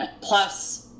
plus